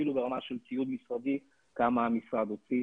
אפילו ברמה של ציוד משרדי כמה המשרד הוציא